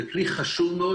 זה כלי חשוב מאוד,